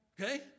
Okay